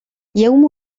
يوم